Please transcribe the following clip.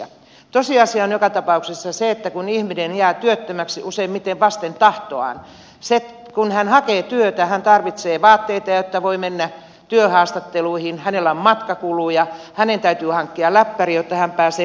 tosiasia on joka tapauksessa se että kun ihminen jää työttömäksi useimmiten vasten tahtoaan ja kun hän hakee työtä hän tarvitsee vaatteita jotta voi mennä työhaastatteluihin hänellä on matkakuluja ja hänen täytyy hankkia läppäri jotta hän pääsee molin sivuille